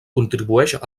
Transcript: contribueix